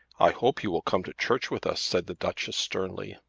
i hope you will come to church with us, said the duchess sternly.